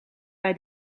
bij